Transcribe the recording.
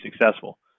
successful